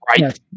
right